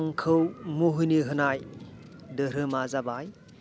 आंखौ मुहिनि होनाय धोरोमा जाबाय